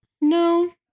No